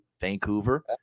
Vancouver